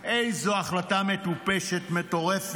איזו החלטה מטופשת, מטורפת,